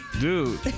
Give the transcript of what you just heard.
Dude